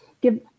give